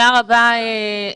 תודה רבה לילך.